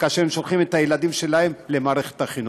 כאשר הם שולחים את הילדים שלך למערכת החינוך.